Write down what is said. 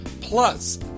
Plus